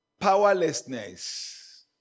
powerlessness